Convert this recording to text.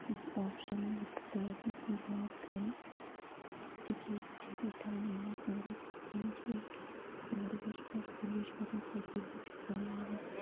اوپشنٕے یٖتِس کالس نہٕ سُہ جاب کرِ تِکیازِ ڈِگری چھِ تھاوٕنۍ الگ اگرے صُبحن چھِ أسۍ ٲٹھِ بجہِ پیٹھ سُلی چھِ وۄتھان ستی بجہِ پرُن لاگُن سِٹاٹ